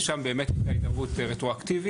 שם באמת הייתה התערבות רטרואקטיבית,